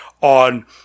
on